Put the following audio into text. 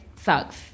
sucks